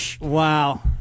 Wow